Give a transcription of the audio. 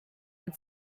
had